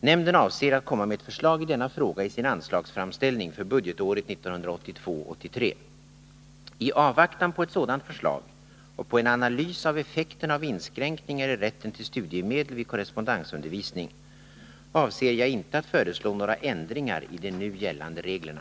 Nämnden avser att komma med ett förslag i denna fråga i sin anslagsframställning för budgetåret 1982/83. I avvaktan på ett sådant förslag, och på en analys av effekterna av inskränkningar i rätten till studiemedel vid korrespondensundervisning, avser jag inte att föreslå några ändringar i de nu gällande reglerna.